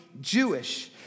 Jewish